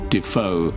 Defoe